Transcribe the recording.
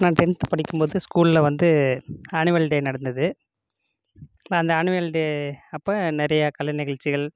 நான் டென்த்து படிக்கும்போது ஸ்கூல்ல வந்து ஆனுவல் டே நடந்தது நான் அந்த ஆனுவல் டே அப்போ நிறையா கலை நிகழ்ச்சிகள்